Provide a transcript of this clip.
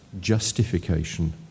justification